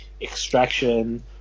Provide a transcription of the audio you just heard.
Extraction